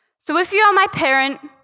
so if you are my parent,